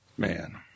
Man